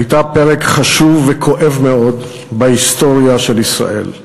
הייתה פרק חשוב וכואב מאוד בהיסטוריה של ישראל,